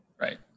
Right